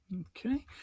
Okay